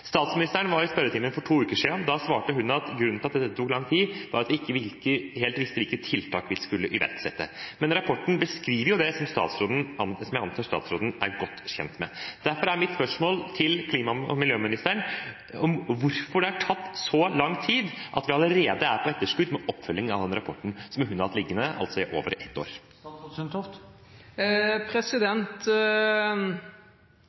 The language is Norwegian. Statsministeren var i spørretimen for to uker siden. Da svarte hun at grunnen til at dette tok lang tid, var at man ikke helt visste hvilke tiltak man skulle iverksette. Men rapporten beskriver det som jeg antar statsråden er godt kjent med. Derfor er mitt spørsmål til klima- og miljøministeren hvorfor det har tatt så lang tid – at vi allerede er på etterskudd med oppfølgingen av denne rapporten, som hun altså har hatt liggende i over